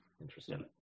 Interesting